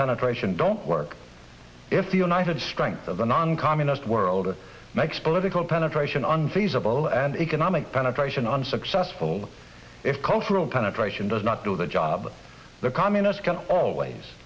penetration don't work if the united strength of the noncommunist world makes political penetration unfeasible and economic penetration unsuccessful if cultural penetration does not do the job the communists can always